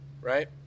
right